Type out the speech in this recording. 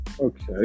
Okay